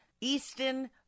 easton